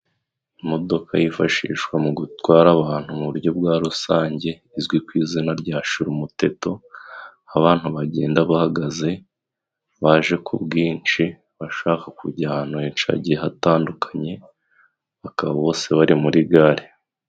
Imodoka yifashishwa mu gutwara abantu mu buryo bwa rusange, izwi ku izina rya Shirumuteto, aho abantu bagenda bahagaze, baje ku bwinshi, bashaka kujya ahantu henshi hagiye hatandukanye, bakaba bose bari muri gare.